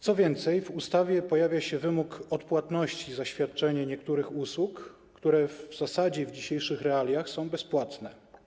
Co więcej, w ustawie pojawia się wymóg odpłatności za świadczenie niektórych usług, które w zasadzie w dzisiejszych realiach są bezpłatne.